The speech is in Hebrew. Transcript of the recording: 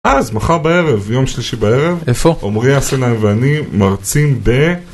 אז, מחר בערב, יום שלישי בערב, איפה? עומרי יסנאי ואני מרצים ב...